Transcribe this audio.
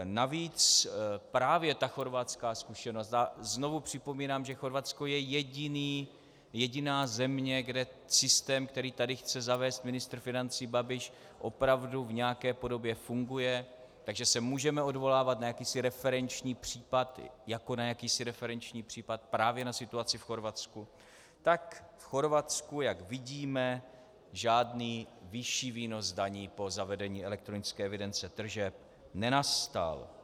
Navíc právě ta chorvatská zkušenost, a znovu připomínám, že Chorvatsko je jediná země, kde systém, který tady chce zavést ministr financí Babiš, opravdu v nějaké podobě funguje, takže se můžeme odvolávat na jakýsi referenční případ právě na situaci v Chorvatsku, tak v Chorvatsku, jak vidíme, žádný vyšší výnos daní po zavedení elektronické evidence tržeb nenastal.